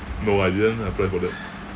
no I didn't apply for that